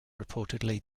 reportedly